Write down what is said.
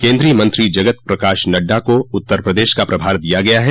केंद्रीय मंत्री जगत प्रकाश नड्डा को उत्तर प्रदेश का प्रभार दिया गया है